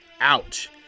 Ouch